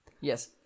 Yes